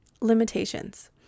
limitations